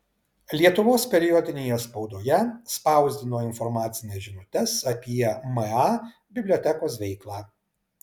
lietuvos periodinėje spaudoje spausdino informacines žinutes apie ma bibliotekos veiklą